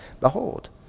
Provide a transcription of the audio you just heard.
Behold